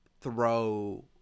throw